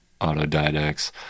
autodidacts